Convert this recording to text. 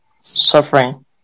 suffering